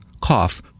cough